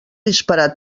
disparar